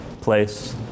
place